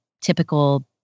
typical